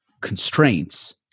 constraints